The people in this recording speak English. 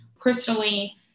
Personally